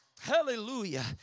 hallelujah